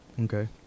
Okay